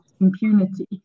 impunity